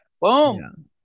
boom